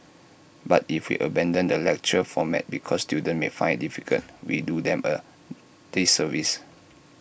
but if we abandon the lecture format because students may find IT difficult we do them A disservice